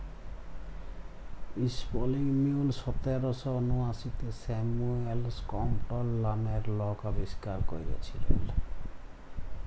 spinning mule সতের শ উনআশিতে স্যামুয়েল ক্রম্পটল লামের লক আবিষ্কার ক্যইরেছিলেল